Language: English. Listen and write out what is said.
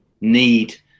need